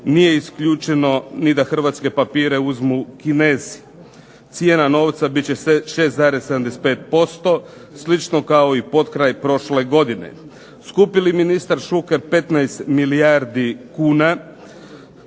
nije isključeno ni da hrvatske papire uzmu Kinezi. Cijena novca bit će 6,75%, slično kao i potkraj prošle godine. Skupi li ministar Šuker 15 milijardi kuna,